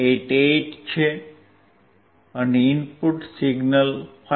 88V છે અને input signal 5